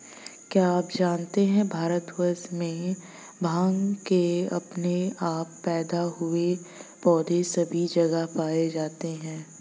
क्या आप जानते है भारतवर्ष में भांग के अपने आप पैदा हुए पौधे सभी जगह पाये जाते हैं?